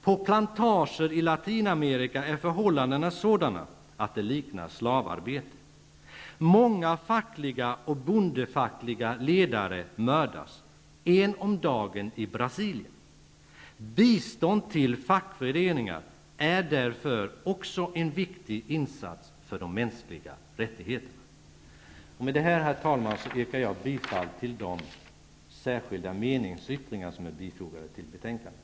På plantager i Latinamerika är förhållandena sådana att det liknar slavarbete. Många fackliga och bondefackliga ledare mördas -- en om dagen i Brasilien. Bistånd till fackföreningar är därför också en viktig insats för de mänskliga rättigheterna. Herr talman! Med det anförda yrkar jag bifall till de särskilda meningsyttringar som är fogade till betänkandet.